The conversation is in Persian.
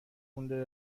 مونده